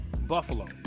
Buffalo